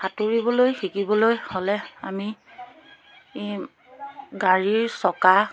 সাঁতুৰিবলৈ শিকিবলৈ হ'লে আমি এই গাড়ীৰ চকা